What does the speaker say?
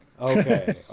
Okay